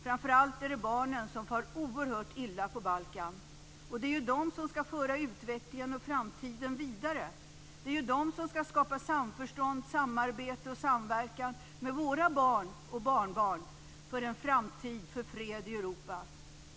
Framför allt är det barnen som far oerhört illa på Balkan, och det är ju de som skall föra utvecklingen och framtiden vidare. Det är de som skall skapa samförstånd, samarbete och samverkan med våra barn och barnbarn för en framtid för fred i Europa.